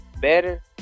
better